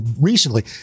recently